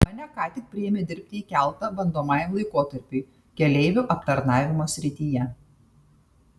mane ką tik priėmė dirbti į keltą bandomajam laikotarpiui keleivių aptarnavimo srityje